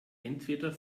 entweder